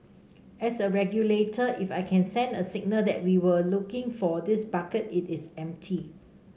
as a regulator if I can send a signal that we were looking for this bucket it is empty